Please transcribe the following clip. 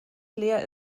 leer